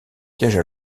piège